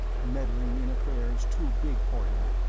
meddling in affairs too big for him.